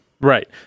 Right